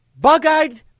bug-eyed